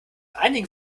einigen